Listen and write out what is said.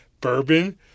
bourbon